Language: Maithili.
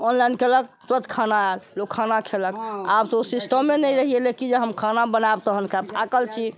ऑनलाइन केलक तुरत खाना आयल लोक खाना खेलक आब तऽ ओ सिस्टमे नहि रहि गेलै कि हम खाना बनायब तखन खायब थाकल छी